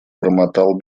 бормотал